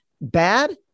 bad